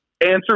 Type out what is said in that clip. Answer